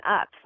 up